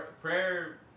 prayer